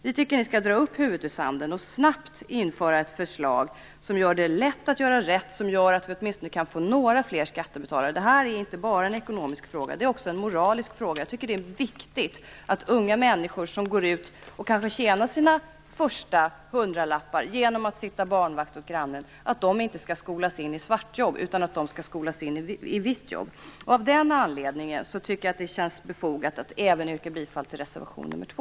Vi tycker att ni skall dra upp huvudet ur sanden och snabbt lägga fram ett förslag som gör det lätt att göra rätt. Det skulle göra att vi åtminstone kan få några fler skattebetalare. Detta är inte bara en ekonomisk fråga. Det är också en moralisk fråga. Jag tycker att det är viktigt att unga människor som går ut och tjänar sina första hundralappar genom att sitta barnvakt åt grannen inte skall skolas in i svartjobb utan i vitt jobb. Av den anledningen tycker jag att det känns befogat att även yrka bifall till reservation nr 2.